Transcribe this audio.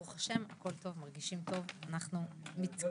ברוך השם הכל טוב, מרגישים טוב, אנחנו מתקדים.